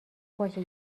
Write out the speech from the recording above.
باشه